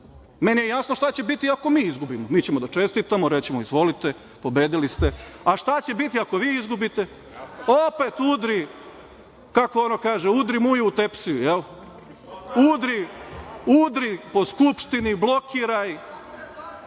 Meni je jasno šta će biti ako mi izgubimo. Mi ćemo da čestitamo, reći ćemo – izvolite, pobedili ste. Šta će biti ako vi izgubite? Opet udri, kako ono kaže, Mujo, u tepsiju, udri po Skupštini, blokiraj,